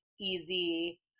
easy